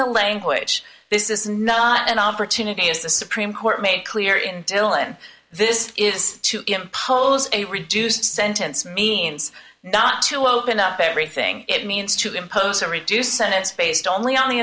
the language this is not an opportunity as the supreme court made clear in dillon this is to impose a reduced sentence means not to open up everything it means to impose a reduced sentence based only on